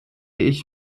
ich